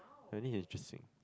I think interesting